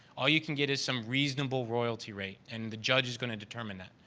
all you can get is some reasonable royalty rate. and the judge is going to determine that.